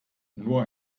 nur